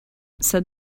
said